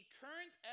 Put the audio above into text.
current